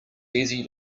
easy